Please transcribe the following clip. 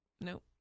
Nope